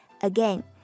Again